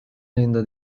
ayında